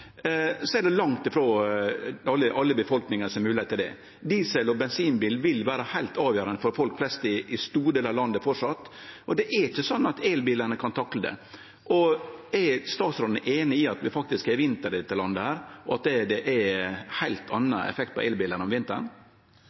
er langt frå alle i befolkninga som har moglegheit til det. Diesel- og bensinbil vil vere heilt avgjerande for folk flest i store delar av landet framleis, og det er ikkje sånn at elbilane kan takle det. Er statsråden einig i at vi faktisk har vinter i dette landet her, og at det er ein heilt annan effekt på elbilane om vinteren?